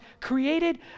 created